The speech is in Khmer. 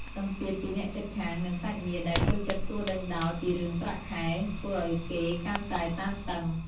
សម្ពាធពីអ្នកជិតខាង និងសាច់ញាតិដែលចូលចិត្តសួរដេញដោលពីរឿងប្រាក់ខែ ធ្វើឱ្យគេកាន់តែតានតឹង។